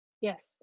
Yes